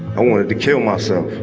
i wanted to kill myself,